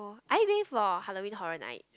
are you going for Halloween Horror Night